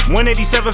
187